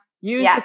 use